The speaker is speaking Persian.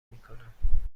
میکنم